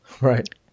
Right